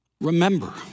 Remember